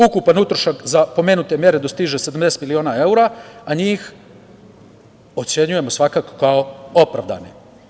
Ukupan utrošak za pomenute mere dostiže 70 miliona evra, a njih ocenjujemo svakako kao opravdane.